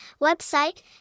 Website